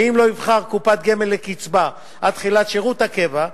ואם לא יבחר קופת גמל לקצבה עד תחילת שירות הקבע,